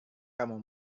kamu